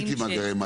ראיתי מאגרי מים.